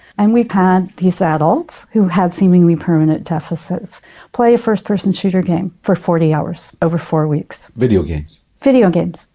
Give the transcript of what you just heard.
and we've had these adults who had seemingly permanent deficits play a first-person shooter game for forty hours over four weeks. videogames. videogames,